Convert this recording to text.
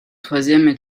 troisième